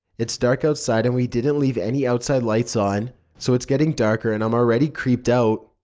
it's dark outside and we didn't leave any outside lights on so it's getting darker and i'm already creeped out.